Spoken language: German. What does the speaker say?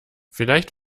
vielleicht